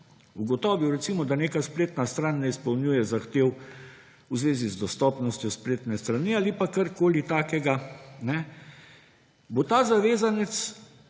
ugotovil recimo, da neka spletna stran ne izpolnjuje zahtev v zvezi z dostopnostjo spletne strani ali pa karkoli takega, bo ta zavezanec